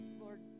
Lord